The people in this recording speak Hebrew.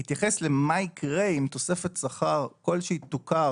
יתייחס למה יקרה אם תוספת שכר כלשהי תוכר